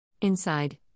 Inside